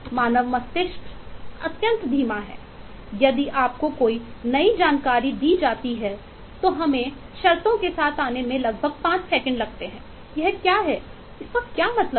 मानव मस्तिष्क अत्यंत धीमा है यदि आपको एक नई जानकारी दी जाती है तो हमें शर्तों के साथ आने में लगभग 5 सेकंड लगते हैं यह क्या है इसका क्या मतलब है